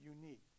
unique